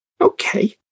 Okay